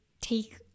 take